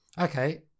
Okay